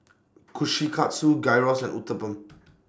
Kushikatsu Gyros and Uthapam